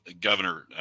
Governor